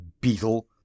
Beetle